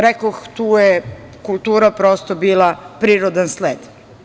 Rekoh, tu je kultura prosto bila prirodan sled.